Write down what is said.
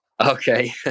Okay